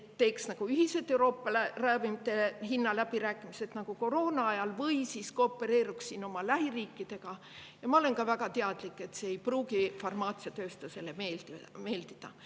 teha ühised ravimite hinna läbirääkimised, nagu koroona ajal, või koopereeruda siin oma lähiriikidega. Ma olen ka väga teadlik, et see ei pruugi farmaatsiatööstusele meeldida.